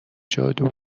جادو